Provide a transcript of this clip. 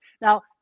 Now